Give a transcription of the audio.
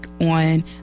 on